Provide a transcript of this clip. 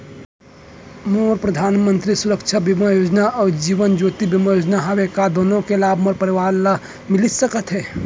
मोर परधानमंतरी सुरक्षा बीमा योजना अऊ जीवन ज्योति बीमा योजना हवे, का दूनो के लाभ मोर परवार ल मिलिस सकत हे?